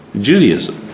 Judaism